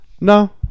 No